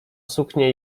suknie